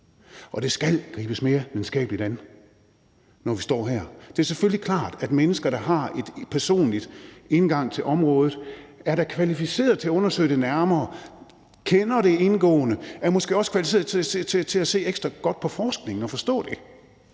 Og det skal gribes mere videnskabeligt an, når vi står her. Det er selvfølgelig klart, at mennesker, der har en personlig indgang til området, da er kvalificeret til at undersøge det nærmere og kender det indgående og måske også er kvalificeret til at se ekstra godt på forskningen og forstå den,